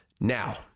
now